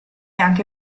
anche